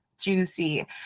juicy